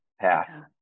path